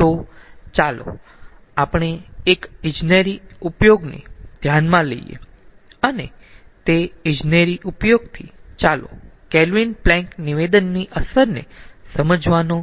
તો ચાલો આપણે એક ઇજનેરી ઉપયોગને ધ્યાનમાં લઈયે અને તે ઈજનેરી ઉપયોગથી ચાલો કેલ્વિન પ્લેન્ક નિવેદનની અસરને સમજવાનો